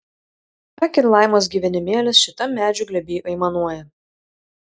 ak ir laimos gyvenimėlis šitam medžių glėby aimanuoja